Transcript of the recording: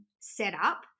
setup